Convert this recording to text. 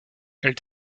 elle